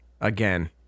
again